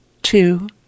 Two